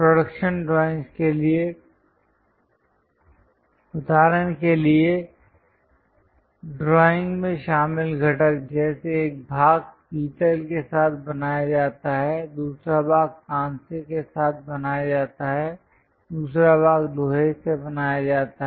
production drawing के लिए उदाहरण के लिए ड्राइंग में शामिल घटक जैसे एक भाग पीतल के साथ बनाया जाता है दूसरा भाग कांस्य के साथ बनाया जाता है दूसरा भाग लोहे से बनाया जाता है